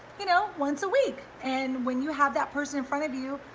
you know, once a week, and when you have that person in front of you,